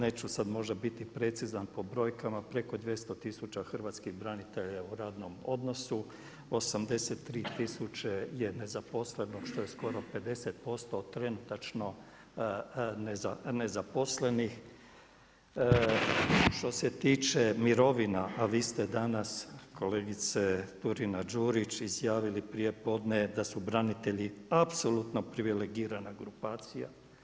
Neću sada možda biti precizan po brojkama, preko 200 tisuća hrvatskih branitelja je u radnom odnosu, 83 tisuće je nezaposleno, što je skoro 50% od trenutačno nezaposlenih, što se tiče mirovina, a vi ste danas kolegice Turina-Đurić izjavili prijepodne da su branitelji apsolutno privilegirana grupacija.